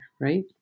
right